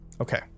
Okay